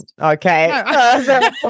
Okay